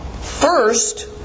First